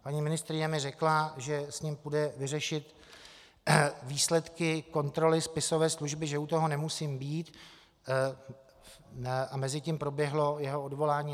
Paní ministryně mi řekla, že s ním půjde vyřešit výsledky kontroly spisové služby, že u toho nemusím být, a mezitím proběhlo jeho odvolání.